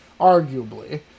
Arguably